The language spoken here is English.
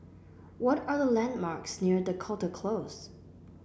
what are the landmarks near Dakota Close